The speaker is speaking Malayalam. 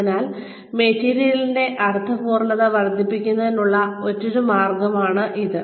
അതിനാൽ മെറ്റീരിയലിന്റെ അർത്ഥപൂർണത വർദ്ധിപ്പിക്കുന്നതിനുള്ള മറ്റൊരു മാർഗമാണ് ഇത്